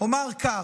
אומר כך: